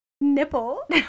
nipple